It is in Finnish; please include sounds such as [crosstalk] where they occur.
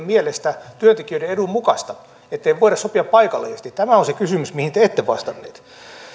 [unintelligible] mielestä työntekijöiden edun mukaista että ei voida sopia paikallisesti tämä on se kysymys mihin te ette vastannut